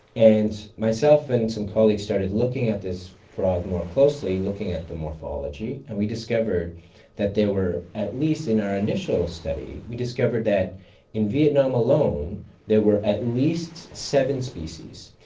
and myself and some colleagues started looking at this frog more closely, looking at the morphology, and we discovered that there were. at least in our initial study we discovered that in vietnam alone there were at least seven species,